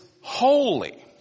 holy